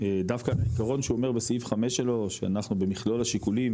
דווקא העיקרון שהוא אומר בסעיף 5 שלו שאנחנו במכלול השיקולים